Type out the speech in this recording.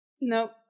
Nope